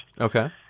Okay